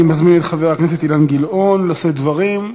אני מזמין את חבר הכנסת אילן גילאון לשאת דברים.